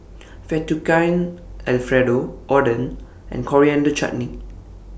Fettuccine Alfredo Oden and Coriander Chutney